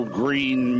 green